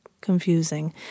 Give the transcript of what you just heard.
confusing